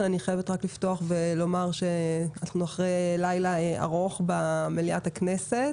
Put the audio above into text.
אני חייבת לפתוח ולומר שאנחנו אחרי לילה ארוך במליאת הכנסת